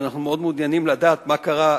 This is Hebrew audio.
ואנחנו מאוד מעוניינים לדעת מה קרה,